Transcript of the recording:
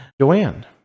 joanne